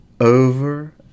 over